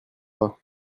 pas